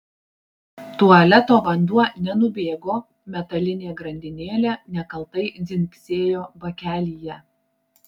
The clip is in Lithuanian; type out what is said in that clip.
tualeto vanduo nenubėgo metalinė grandinėlė nekaltai dzingsėjo bakelyje